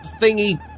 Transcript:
Thingy